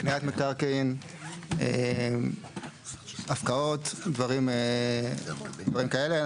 הקניית מקרקעין, הפקעות, דברים כאלה.